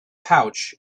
pouch